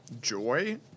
joy